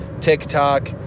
TikTok